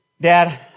Dad